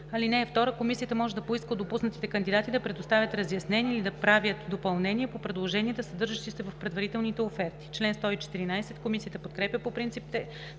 (2) Комисията може да поиска от допуснатите кандидати да предоставят разяснения или да правят допълнения по предложенията, съдържащи се в предварителните оферти.“ Комисията подкрепя по принцип текста